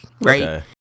right